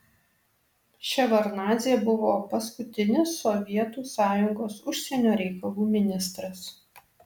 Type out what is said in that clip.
ševardnadzė buvo paskutinis sovietų sąjungos užsienio reikalų ministras